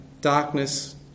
darkness